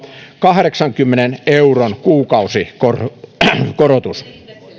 kahdeksankymmenen euron kuukausikorotus